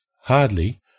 Hardly